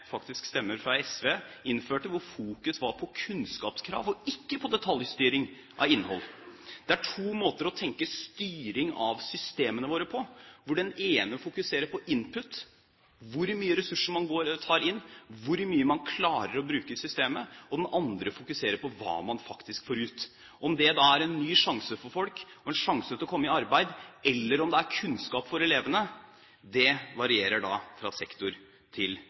stemmer fra SV – innførte, hvor fokus var på kunnskapskrav og ikke på detaljstyring av innhold. Det er to måter å tenke styring av systemene våre på. Den ene fokuserer på input – hvor mye ressurser man tar inn, hvor mye man klarer å bruke systemet – og den andre fokuserer på hva man faktisk får ut. Om det da er en ny sjanse for folk og en sjanse til å komme i arbeid, eller om det er kunnskap for elevene, varierer fra sektor til